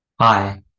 Hi